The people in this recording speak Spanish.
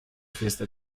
fiesta